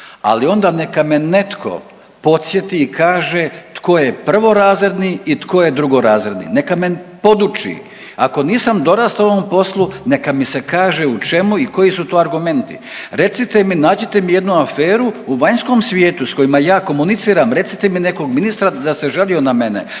ali onda neka me netko podsjeti i kaže tko je prvorazredni i tko je drugorazredni, neka me poduči. Ako nisam dorastao ovom poslu neka mi se kaže u čemu i koji su to argumenti. Recite mi, nađite mi jednu aferu u vanjskom svijetu s kojima ja komuniciram, recite mi jednog nekog ministra da se žalio na mene,